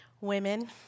women